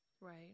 Right